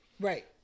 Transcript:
Right